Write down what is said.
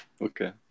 Okay